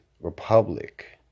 republic